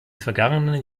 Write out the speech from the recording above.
vergangen